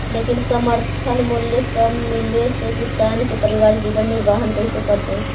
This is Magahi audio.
लेकिन समर्थन मूल्य कम मिले से किसान के परिवार जीवन निर्वाह कइसे करतइ?